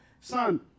son